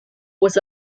was